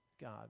God